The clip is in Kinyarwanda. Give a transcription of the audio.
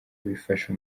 bifasha